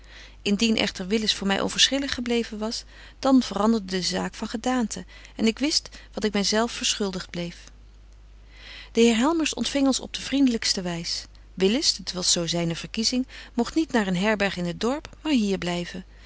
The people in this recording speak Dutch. indien echter willis voor my onverschillig gebleven was dan veranderde de zaak van gedaante en ik wist wat ik my zelf verschuldigt bleef de heer helmers ontfing ons op de vriendelykste wys willis dit was zo zyne verkiebetje wolff en aagje deken historie van mejuffrouw sara burgerhart zing mogt niet naar een herberg in het dorp maar hier blyven